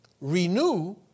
renew